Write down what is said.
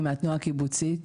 אני מהתנועה הקיבוצית.